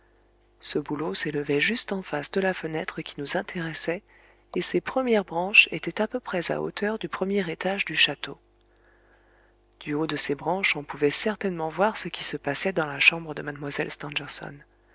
ce bouleau s'élevait juste en face de la fenêtre qui nous intéressait et ses premières branches étaient à peu près à hauteur du premier étage du château du haut de ces branches on pouvait certainement voir ce qui se passait dans la chambre de mlle